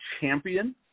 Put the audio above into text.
champion